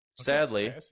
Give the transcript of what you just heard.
sadly